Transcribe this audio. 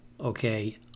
okay